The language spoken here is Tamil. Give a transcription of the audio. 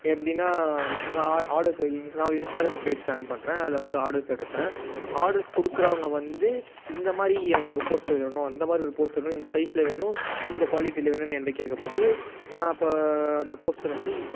எப்படின்னா நான் ஆ ஆர்டர்ஸ்ஸு நான் ஒரு இன்ஸ்டாக்ராம் பேஜ் ரன் பண்ணுறேன் அதில் வந்து ஆர்டர்ஸ் எடுப்பேன் ஆர்டர்ஸ் கொடுக்குறவங்க வந்து இந்தமாதிரி எனக்கொரு போஸ்டர் வேணும் அந்தமாதிரி ஒரு போஸ்டர்ன்னு இந்த சைஸில் வேணும் இந்த க்வாலிட்டியில வேணுன்னு என்கிட்ட கேட்கும்போது நான் அப்போ அந்த போஸ்டரை வந்து